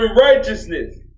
righteousness